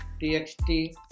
txt